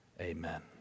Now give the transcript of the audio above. Amen